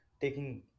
taking